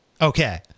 Okay